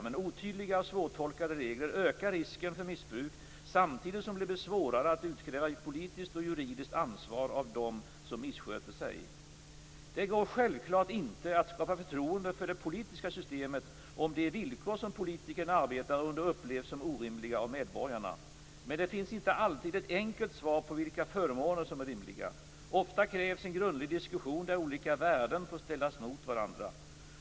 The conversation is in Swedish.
Med otydliga och svårtolkade regler ökar risken för missbruk samtidigt som det blir svårare att utkräva politiskt och juridiskt ansvar av dem som missköter sig. Det går självklart inte att skapa förtroende för det politiska systemet om de villkor som politikerna arbetar under upplevs som orimliga av medborgarna. Men det finns inte alltid ett enkelt svar på vilka förmåner som är rimliga. Ofta krävs en grundlig diskussion där olika värden får ställas mot varandra.